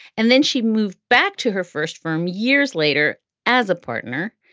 and then she moved back to her first firm years later as a partner.